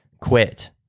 quit